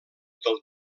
del